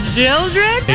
children